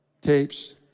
tapes